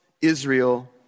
Israel